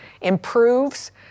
improves